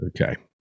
okay